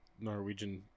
Norwegian